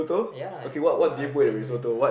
ya I I can